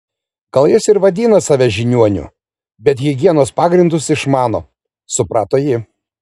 gal jis ir vadina save žiniuoniu bet higienos pagrindus išmano suprato ji